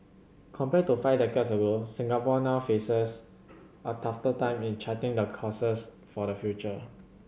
compared to five decades ago Singapore now faces a tougher time in charting the courses for the future